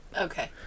Okay